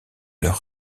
leur